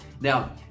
Now